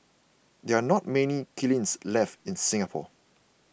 there are not many kilns left in Singapore